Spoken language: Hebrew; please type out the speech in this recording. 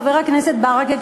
חבר הכנסת ברכה,